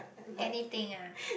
anything ah